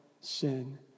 sin